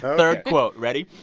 third quote ready?